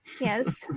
Yes